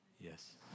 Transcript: Yes